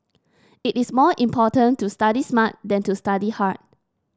it is more important to study smart than to study hard